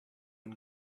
and